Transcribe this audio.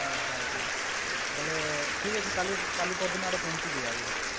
ଓହୋ ହୋ ହୋ ବୋଲେ ଠିକ୍ ଅଛି କାଲି କାଲି ପର୍ ଦିନ ଆଡ଼େ ପହଞ୍ଚିଯିବ ଆଜ୍ଞା